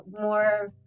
more